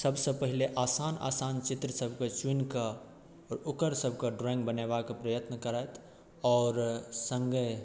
सभसँ पहिले आसान आसान चित्र सभके चुनिकऽ आओर ओकर सभके ड्रॉइंग बनेबाक प्रयत्न करथि आओर सङ्गे